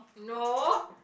no